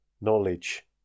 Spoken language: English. knowledge